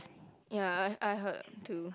yea I I heard too